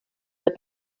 but